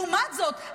לעומת זאת,